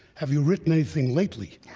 have you written anything lately?